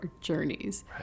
journeys